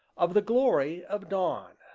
of the glory of dawn,